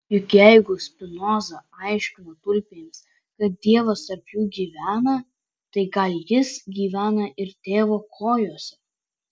juk jeigu spinoza aiškino tulpėms kad dievas tarp jų gyvena tai gal jis gyvena ir tėvo kojose